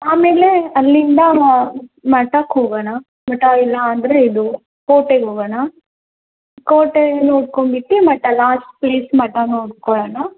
ಆಮೇಲೆ ಅಲ್ಲಿಂದ ಮಠಕ್ಕೆ ಹೋಗೋಣ ಮಠ ಇಲ್ಲ ಅಂದರೆ ಇದು ಕೋಟೆಗೆ ಹೋಗೋಣ ಕೋಟೆ ನೋಡ್ಕೊಂಬಿಟ್ಟು ಮಠ ಲಾಸ್ಟ್ ಪ್ಲೇಸ್ ಮಠ ನೋಡ್ಕೊಳ್ಳೋಣ